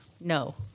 No